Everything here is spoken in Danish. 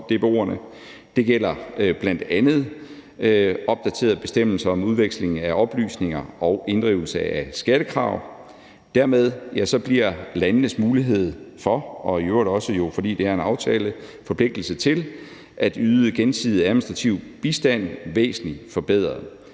det gælder bl.a. opdaterede bestemmelser om udveksling af oplysninger og inddrivelse af skattekrav. Dermed bliver landenes mulighed for og i øvrigt også – fordi det